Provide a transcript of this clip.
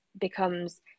becomes